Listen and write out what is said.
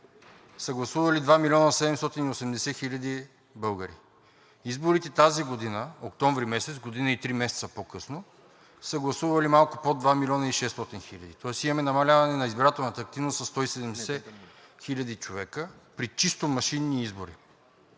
гласували 2 млн. 780 хиляди българи. Изборите тази година – октомври месец, година и 3 месеца по-късно, са гласували малко под 2 млн. и 600 хиляди души. Тоест имаме намаляване на избирателната активност със 170 хиляди човека при чисто машинни избори.